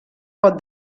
pot